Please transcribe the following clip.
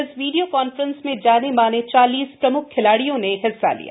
इस video conference में जाने माने चालीस प्रमुख खिलाडियों ने हिस्सा लिया